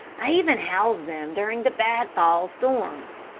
i even house them during the bad fall storms.